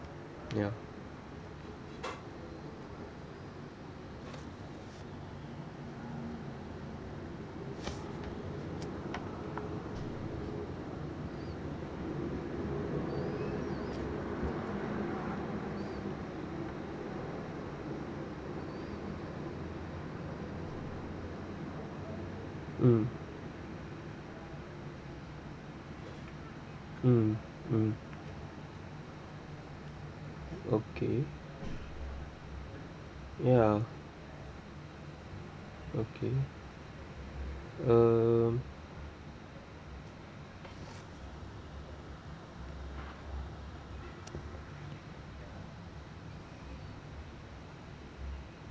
ya mm mm mm okay ya okay um